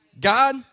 God